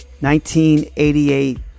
1988